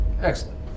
Excellent